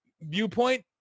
viewpoint